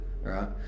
right